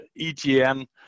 EGN